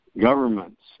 governments